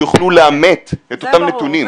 שיוכלו לאמת את אותם נתונים- - זה ברור,